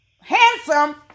handsome